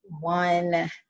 one